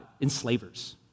enslavers